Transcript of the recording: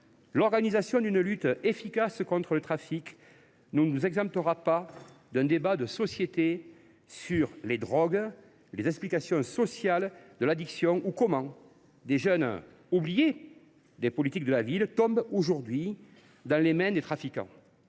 l’organisation d’une lutte efficace contre le trafic ne nous exemptera pas d’un débat de société sur les drogues, sur les explications sociales de l’addiction, pour comprendre comment des jeunes oubliés des politiques de la ville tombent aujourd’hui dans les mains des trafiquants.